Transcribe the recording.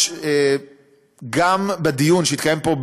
גם בדיון שהתקיים פה,